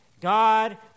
God